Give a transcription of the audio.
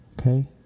Okay